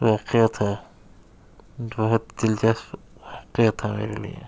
واقعہ تھا بہت دلچسپ واقعہ تھا میرے لیے